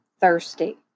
thirsty